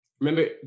Remember